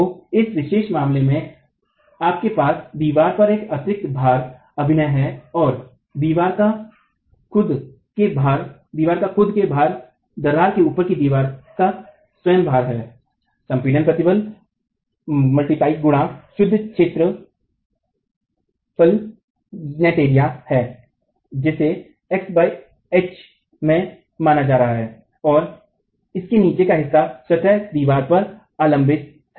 तो इस विशेष मामले में आपके पास दीवार पर एक अतिरिक्त भार अभिनय है और फिर दीवार का खुद के भार दरार के ऊपर की दीवार का स्वयं भार है संपीड़ित प्रतिबल गुणा शुद्ध क्षेत्र है जिसे x h में माना जा रहा है और इसके नीचे का हिस्सा स्वतः दीवार पर अवलंबित है